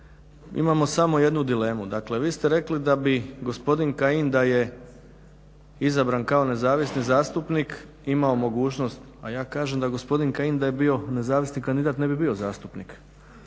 imamo samo jednu dilemu, dakle vi ste rekli da bi gospodin Kajin da je izabran kao nezavisni zastupnik imao mogućnost a ja kažem da gospodin Kajin da je bio nezavisni kandidat ne bi bio zastupnik